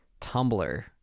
Tumblr